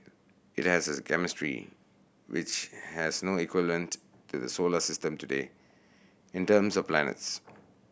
it has a chemistry which has no equivalent in the solar system today in terms of planets